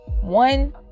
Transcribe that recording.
One